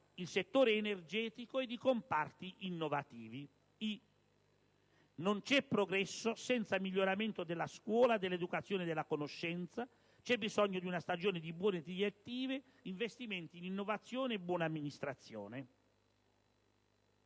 il settore energetico e i comparti innovativi. Non c'è progresso senza miglioramento della scuola, dell'educazione, della conoscenza: c'è bisogno di una stagione di buone direttive, investimenti in innovazione e buona amministrazione.